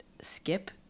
skip